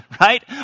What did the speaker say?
right